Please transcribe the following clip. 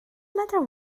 matter